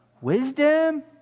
wisdom